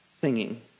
Singing